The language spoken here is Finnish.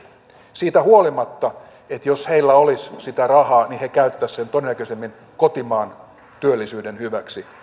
siitä huolimatta että jos heillä olisi sitä rahaa niin he käyttäisivät sen todennäköisemmin kotimaan työllisyyden hyväksi